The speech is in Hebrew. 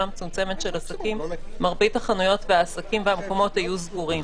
מצומצמת של עסקים מרבית העסקים והחנויות והמקומות היו סגורים,